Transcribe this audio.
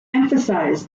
emphasized